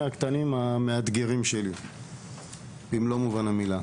הקטנים המאתגרים שלי במלוא מובן המילה.